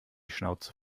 schnauze